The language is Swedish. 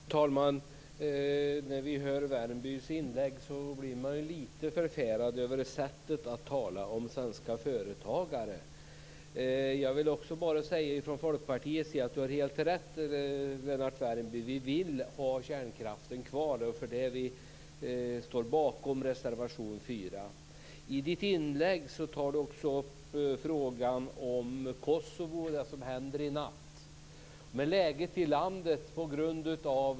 Fru talman! När man hör Värmbys inlägg blir man lite förfärad över sättet att tala om svenska företagare. Jag vill från Folkpartiets sida säga att Lennart Värmby har helt rätt i att vi vill ha kärnkraften kvar. Det är därför vi står bakom reservation 4. I sitt inlägg tar Lennart Värmby också upp frågan om Kosovo och det som händer i natt.